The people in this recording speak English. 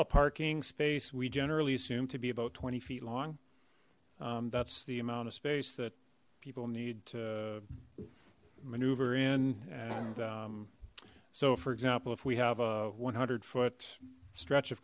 parallel parking space we generally assume to be about twenty feet long that's the amount of space that people need to maneuver in and so for example if we have a one hundred foot stretch of